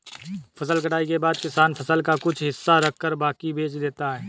फसल कटाई के बाद किसान फसल का कुछ हिस्सा रखकर बाकी बेच देता है